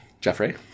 Jeffrey